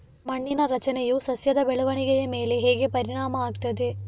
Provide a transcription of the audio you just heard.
ಮಣ್ಣಿನ ರಚನೆಯು ಸಸ್ಯದ ಬೆಳವಣಿಗೆಯ ಮೇಲೆ ಹೇಗೆ ಪರಿಣಾಮ ಆಗ್ತದೆ?